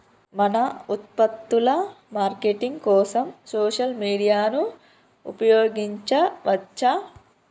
మన ఉత్పత్తుల మార్కెటింగ్ కోసం సోషల్ మీడియాను ఉపయోగించవచ్చా?